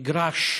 מגרש